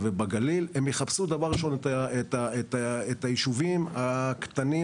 ובגליל הם יחפשו דבר ראשון את הישובים הקטנים,